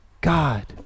God